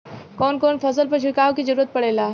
कवन कवन फसल पर छिड़काव के जरूरत पड़ेला?